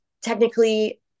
technically –